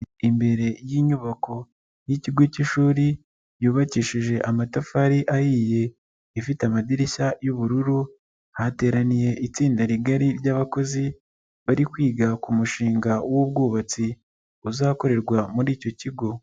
Imbere y'inyubako y'ikigo cy'ishuri, yubakishije amatafari ahiye, ifite amadirishya y'ubururu hateraniye itsinda rigari ry'abakozi, bari kwiga ku mushinga w'ubwubatsi uzakorerwa muri icyo kigo.